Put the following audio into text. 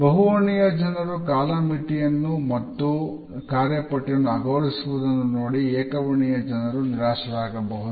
ಬಹುವರ್ಣೀಯ ಜನರು ಕಾಲಮಿತಿಯನ್ನು ಮತ್ತು ಕಾರ್ಯಪಟ್ಟಿಯನ್ನು ಅಗೌರವಿಸುವುದನ್ನು ನೋಡಿ ಏಕವರ್ಣೀಯ ಜನರು ನಿರಾಶರಾಗಬಹುದು